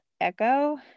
Echo